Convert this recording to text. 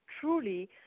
truly